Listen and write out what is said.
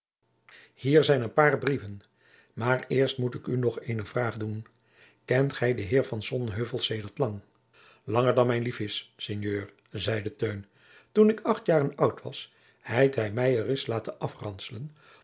hier zijn een paar brieven maar eerst moet ik u nog eene vraag doen kent gij den heer van sonheuvel sedert lang jacob van lennep de pleegzoon langer dan mij lief is sinjeur zeide teun toen ik acht jaren oud was heit hij mij ereis laten afranselen